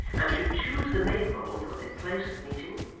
and should choose the maypole for their place of meeting,